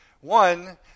One